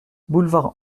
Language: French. boulevard